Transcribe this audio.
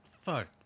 fuck